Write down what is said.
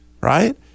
Right